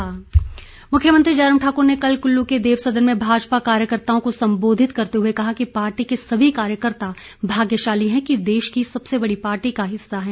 मुख्यमंत्री मुख्यमंत्री जयराम ठाकुर ने कल कुल्लू के देवसदन में भाजपा कार्यकताओं को संबोधित करते हुए कहा कि पार्टी के सभी कार्यकर्ता भाग्यशाली हैं कि वे देश की सबसे बड़ी पार्टी का हिस्सा हैं